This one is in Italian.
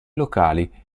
locali